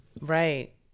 right